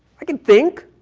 i can think.